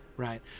right